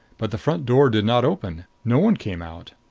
but the front door did not open no one came out.